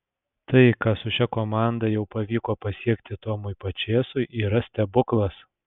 tai ką su šia komanda jau pavyko pasiekti tomui pačėsui yra stebuklas